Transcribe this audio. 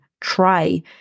try